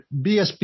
BSP